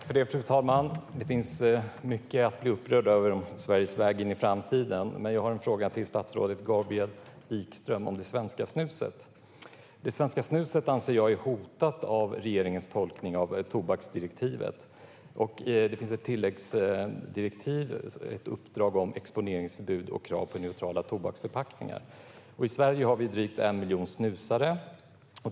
Fru talman! Det finns mycket att bli upprörd över om Sveriges väg in i framtiden. Men jag har en fråga till statsrådet Gabriel Wikström om det svenska snuset. Det svenska snuset anser jag är hotat av regeringens tolkning av tobaksdirektivet. Det finns ett tilläggsdirektiv, ett uppdrag om exponeringsförbud och krav på neutrala tobaksförpackningar. I Sverige har vi drygt 1 miljon snusare.